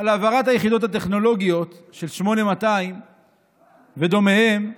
על העברת היחידות הטכנולוגיות של 8200 ודומותיהן לנגב.